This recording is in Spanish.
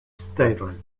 stirling